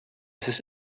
сез